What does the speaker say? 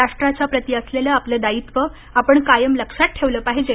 राष्ट्राच्या प्रती असलेलं आपलं दायित्व आपण कायम लक्षात ठेवलं पाहिजे